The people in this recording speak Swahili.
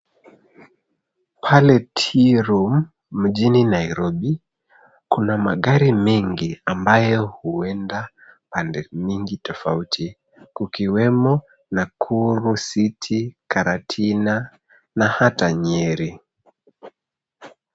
Pale Tea Room mjini Nairobi, kuna magari mengi ambayo huenda pande nyingi tofauti, kukiwemo Nakuru City, Karatina na hata Nyeri.